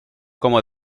como